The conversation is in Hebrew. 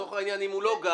לצורך העניין, אם הוא לא גר,